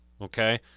Okay